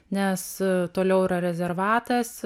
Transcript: nes toliau yra rezervatas